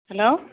hello